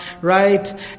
Right